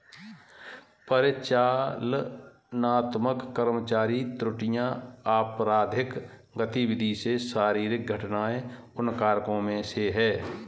परिचालनात्मक कर्मचारी त्रुटियां, आपराधिक गतिविधि जैसे शारीरिक घटनाएं उन कारकों में से है